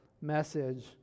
message